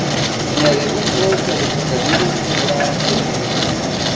nerimi plaukia užsikabinęs už rąsto vyras